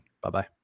Bye-bye